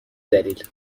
دلیل